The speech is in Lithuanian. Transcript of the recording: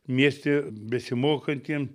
mieste besimokantiem